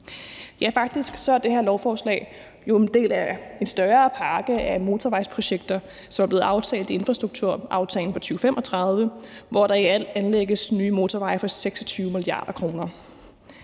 Faktisk er det her lovforslag jo en del af en større pakke af motorvejsprojekter, der er blevet aftalt i infrastrukturaftalen for 2035, hvor der i alt anlægges nye motorveje for 26 mia. kr.